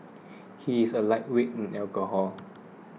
he is a lightweight in alcohol